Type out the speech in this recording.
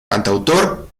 cantautor